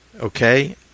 okay